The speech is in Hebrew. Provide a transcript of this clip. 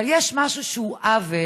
אבל יש משהו שהוא עוול,